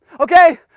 Okay